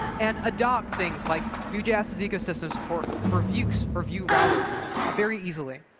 and adopt things like vue js' ecosystem support for vuex or vue router ah very easily.